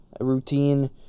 routine